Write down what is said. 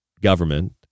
government